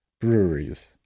breweries